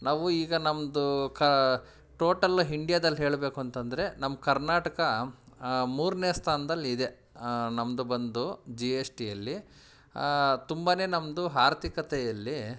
ನಾವು ಈಗ ನಮ್ಮದು ಕಾ ಟೋಟಲ್ ಇಂಡಿಯಾದಲ್ಲಿ ಹೇಳಬೇಕು ಅಂತಂದರೆ ನಮ್ಮ ಕರ್ನಾಟಕ ಮೂರನೇ ಸ್ಥಾನ್ದಲ್ ಇದೆ ನಮ್ಮದು ಬಂದು ಜಿ ಎಸ್ ಟಿಯಲ್ಲಿ ತುಂಬ ನಮ್ಮದು ಆರ್ಥಿಕತೆಯಲ್ಲಿ